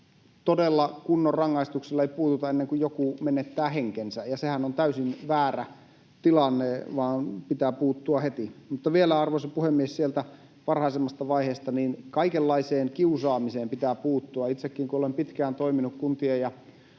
että kunnon rangaistuksella ei todella puututa, ennen kuin joku menettää henkensä, ja sehän on täysin väärä tilanne. Pitää puuttua heti. Mutta vielä, arvoisa puhemies, sieltä varhaisemmasta vaiheesta: Kaikenlaiseen kiusaamiseen pitää puuttua. Itsekin kun olen pitkään toiminut kaupungin